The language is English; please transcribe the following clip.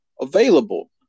available